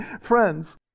Friends